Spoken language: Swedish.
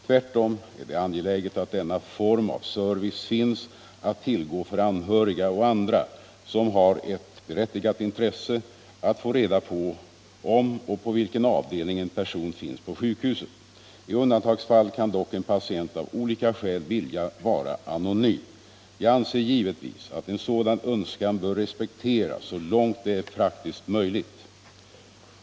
Tvärtom är det angeläget att denna form av service finns att tillgå för anhöriga och andra som har ett berättigat intresse av att få reda på om och på vilken avdelning en person finns på sjukhuset. I undantagsfall kan dock en patient av olika skäl vilja vara anonym. Jag anser givetvis att en sådan önskan bör respekteras så långt det är praktiskt möjligt.